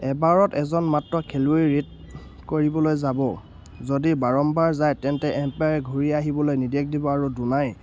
এবাৰত এজন মাত্ৰ খেলুৱৈ ঋত কৰিবলৈ যাব যদি বাৰম্বাৰ যায় তেন্তে এম্পেয়াৰে ঘূৰি আহিবলৈ নিৰ্দেশ দিব আৰু দুনাই